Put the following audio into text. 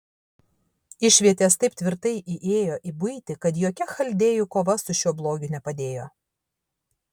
išvietės taip tvirtai įėjo į buitį kad jokia chaldėjų kova su šiuo blogiu nepadėjo